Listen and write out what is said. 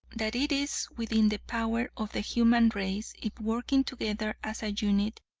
that it is within the power of the human race, if working together as a unit,